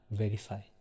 verify